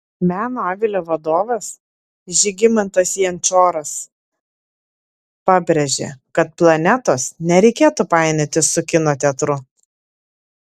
meno avilio vadovas žygimantas jančoras pabrėžė kad planetos nereikėtų painioti su kino teatru